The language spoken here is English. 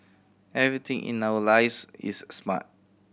everything in our lives is smart